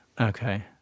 Okay